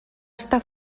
està